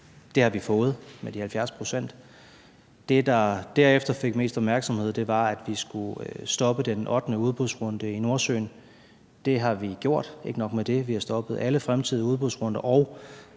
en reduktion på de 70 pct. Det, der derefter fik mest opmærksomhed, var, at vi skulle stoppe den ottende udbudsrunde i Nordsøen. Det har vi gjort – og ikke nok med det, vi har stoppet alle fremtidige udbudsrunder,